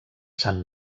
sant